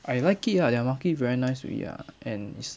I like it ah their market very nice to eat ah and it's